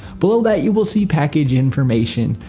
below that you will see package information.